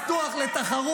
רון כץ (יש עתיד): מה עשית לכסף?